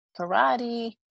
karate